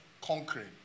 conquering